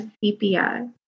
sepia